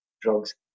drugs